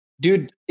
Dude